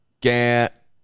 Get